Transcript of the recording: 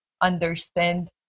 understand